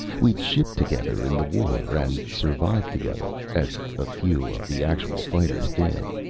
we'd shipped together in the war and survived together, as a few of the actual fighters did,